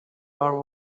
are